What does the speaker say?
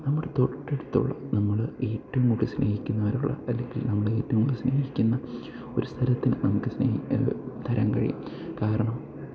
നമ്മുടെ തൊട്ടടുത്തുള്ള നമ്മൾ ഏറ്റവും കൂടുതൽ സ്നേഹിക്കുന്നവരോടുള്ള അല്ലെങ്കിൽ നമ്മൾ ഏറ്റവും കൂടുതൽ സ്നേഹിക്കുന്ന ഒരു സ്ഥലത്തിന് നമുക്ക് സ്നേഹി തരാൻ കഴിയും കാരണം